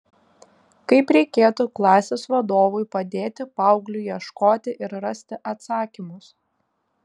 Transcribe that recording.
kaip reikėtų klasės vadovui padėti paaugliui ieškoti ir rasti atsakymus